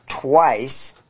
twice